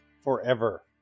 forever